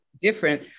different